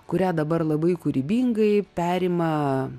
kurią dabar labai kūrybingai perima